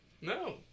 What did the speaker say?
No